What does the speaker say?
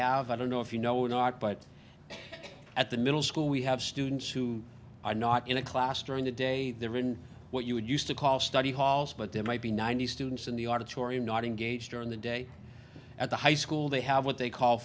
have i don't know if you know we're not but at the middle school we have students who are not in a class during the day they're in what you would used to call study halls but there might be ninety students in the auditorium not engaged during the day at the high school they have what they call